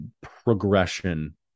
progression